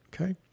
Okay